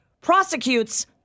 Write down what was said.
prosecutes